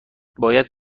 موارد